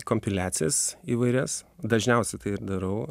kompiliacijas įvairias dažniausiai tai ir darau